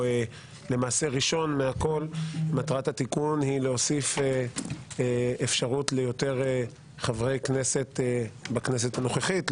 ראשון היא להוסיף אפשרות ליותר חברי כנסת בכנסת הנוכחית.